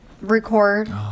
record